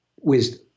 wisdom